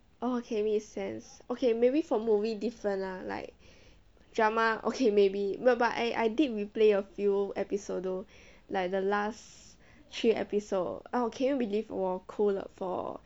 oh okay makes sense okay maybe for movie different lah like drama okay maybe no but I I did replay a few episode though like the last three episode oh can you believe 我哭了 for